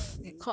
lulu